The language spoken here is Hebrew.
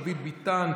דוד ביטן,